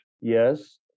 yes